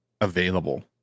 available